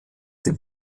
dem